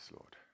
Lord